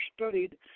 studied